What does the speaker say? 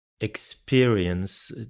experience